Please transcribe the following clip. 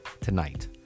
tonight